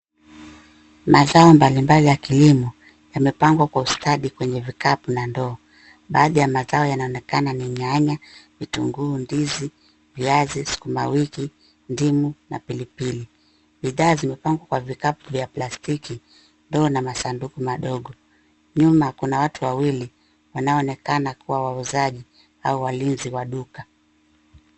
Mazao mbali mbali ya kilimo yamepangwa kwa ustadi kwenye vikapu na doo. Baathi ya mazao yanaonekana ni nyanya, vitunguu ndizi, viazi, sukumawiki, ndimu, na pilipili. Bidha zimepangwa kwa vikapu vya plastiki, ndoo na masanduku madogo. Nyuma, kuna watu wawili, wanaonekana kuwa wauzaji au walinzi wa duka.